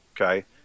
Okay